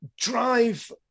drive